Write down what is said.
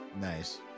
Nice